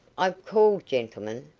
i've called, gentlemen,